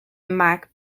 mike